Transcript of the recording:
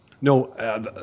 No